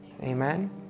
Amen